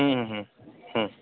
হুম হুম হুম হুম